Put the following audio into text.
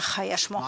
כך היה שמו,